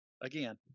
Again